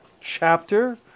chapter